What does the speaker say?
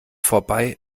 vorbei